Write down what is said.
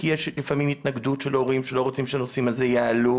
כי לפעמים יש התנגדות של הורים שלא רוצים שהנושאים האלה יעלו.